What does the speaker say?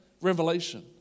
revelation